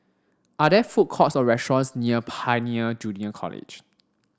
are there food courts or restaurants near Pioneer Junior College